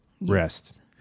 Rest